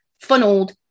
funneled